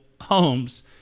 homes